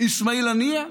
אסמאעיל הנייה?